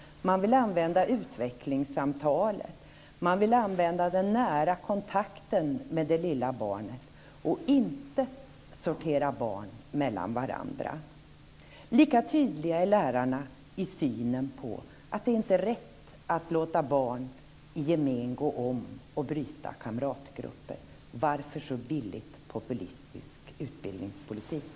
Man vill använda utvecklingssamtalen och den nära kontakten med det lilla barnet och inte sortera barnen mellan varandra. Lika tydliga är lärarna i synen på att det inte är rätt att låta barn i gemen gå om och bryta kamratgrupper. Varför så billigt populistisk utbildningspolitik?